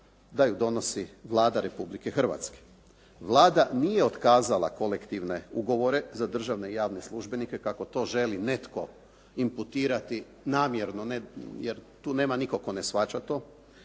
da ju donosi Vlada Republike Hrvatske. Vlada nije otkazala kolektivne ugovore za državne i javne službenike kako to želi netko imputirati namjerno, jer tu nema nitko tko ne shvaća to,